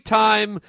time